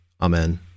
Amen